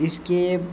اس کے